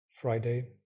Friday